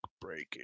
breaking